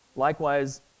Likewise